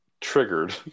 triggered